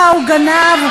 מה, הוא גנב?